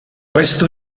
questo